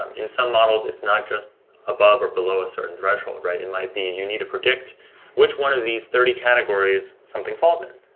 in some models, it's not just above or below a certain threshold, right? it and might be and you need to predict which one of these thirty categories something falls in,